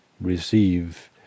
receive